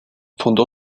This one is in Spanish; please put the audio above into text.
fundó